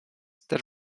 też